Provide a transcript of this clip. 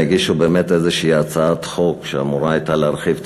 הם הגישו באמת איזו הצעת חוק שאמורה הייתה להרחיב את